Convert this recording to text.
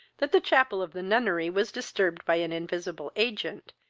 that the chapel of the nunnery was disturbed by an invisible agent,